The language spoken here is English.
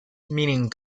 meaning